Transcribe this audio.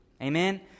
Amen